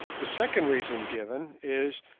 the second reason given is,